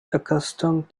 accustomed